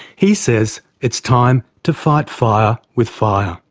he says it's time to fight fire with fire.